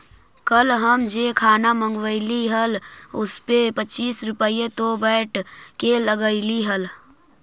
कल हम जे खाना मँगवइली हल उसपे पच्चीस रुपए तो वैट के लगलइ हल